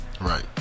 Right